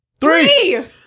Three